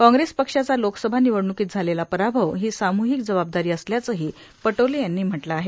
काँग्रेस पक्षाचा लोकसभा निवडणुकीत झालेला पराभव ही सामूहिक जबाबदारी असल्याचंही पटोले यांनी म्हटलं आहे